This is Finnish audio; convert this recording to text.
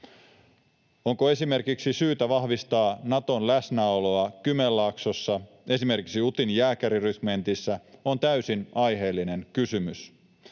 Onko esimerkiksi syytä vahvistaa Naton läsnäoloa Kymenlaaksossa, esimerkiksi Utin jääkärirykmentissä, on täysin aiheellinen kysymys.